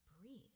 breathe